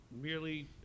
merely